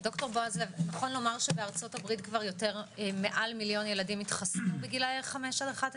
נכון לומר שבארצות הברית מעל מיליון ילדים התחסנו בגילאי 5 עד 11?